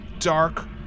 Dark